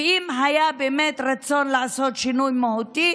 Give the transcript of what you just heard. ואם היה באמת רצון לעשות שינוי מהותי,